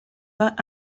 pas